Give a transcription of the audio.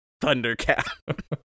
Thundercat